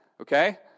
Okay